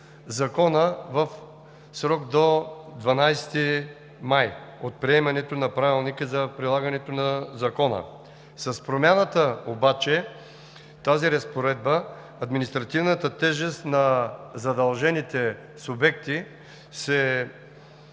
в срок до 12 май от приемането на Правилника за прилагането на Закона. С промяната обаче с тази разпоредба административната тежест на задължените субекти се